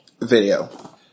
video